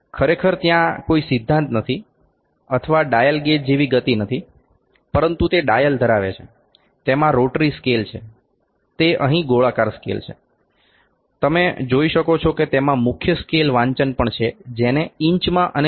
ખરેખર ત્યાં કોઈ સિદ્ધાંત નથી અથવા ડાયલ ગેજ જેવી ગતિ નથી પરંતુ તે ડાયલ ધરાવે છે તેમાં રોટરી સ્કેલ છે તે અહીં ગોળાકાર સ્કેલ છે તમે જોઈ શકો છો કે તેમાં મુખ્ય સ્કેલ વાંચન પણ છે જેને ઇંચમાં અને મી